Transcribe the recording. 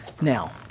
Now